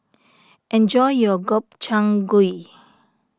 enjoy your Gobchang Gui